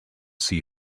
see